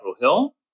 Hill